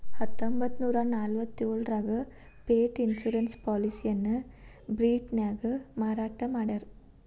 ಹತ್ತೊಂಬತ್ತನೂರ ನಲವತ್ತ್ಯೋಳರಾಗ pet insurance ಪಾಲಿಸಿಯನ್ನ ಬ್ರಿಟನ್ನ್ಯಾಗ ಮಾರಾಟ ಮಾಡ್ಯಾರ